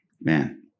man